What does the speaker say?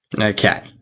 okay